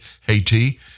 Haiti